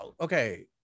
Okay